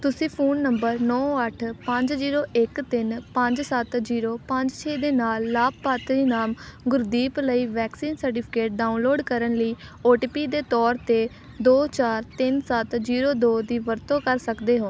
ਤੁਸੀਂ phone number ਨੌਂ ਅੱਠ ਪੰਜ ਜ਼ੀਰੋ ਇੱਕ ਤਿੰਨ ਪੰਜ ਸੱਤ ਜ਼ੀਰੋ ਪੰਜ ਛੇ ਦੇ ਨਾਲ ਲਾਭਪਾਤਰੀ ਨਾਮ ਗੁਰਦੀਪ ਲਈ ਵੈਕਸੀਨ ਸਰਟੀਫਿਕੇਟ ਡਾਊਨਲੋਡ ਕਰਨ ਲਈ ਓ ਟੀ ਪੀ ਦੇ ਤੌਰ 'ਤੇ ਦੋ ਚਾਰ ਤਿੰਨ ਸੱਤ ਜ਼ੀਰੋ ਦੋ ਦੀ ਵਰਤੋਂ ਕਰ ਸਕਦੇ ਹੋ